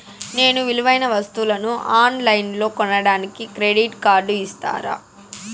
నేను విలువైన వస్తువులను ఆన్ లైన్లో కొనడానికి క్రెడిట్ కార్డు ఇస్తారా?